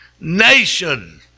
nation